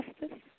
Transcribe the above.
Justice